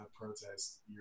protest